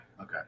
Okay